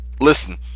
listen